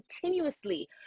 continuously